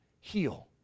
heal